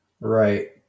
Right